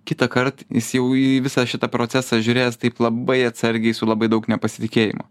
kitąkart jis jau į visą šitą procesą žiūrės taip labai atsargiai su labai daug nepasitikėjimo